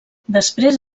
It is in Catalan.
després